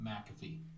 McAfee